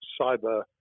cyber